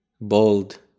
bold